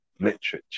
literature